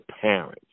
parents